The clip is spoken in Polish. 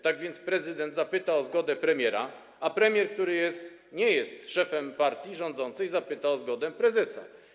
Tak więc prezydent zapyta o zgodę premiera, a premier, który nie jest szefem partii rządzącej, zapyta o zgodę prezesa.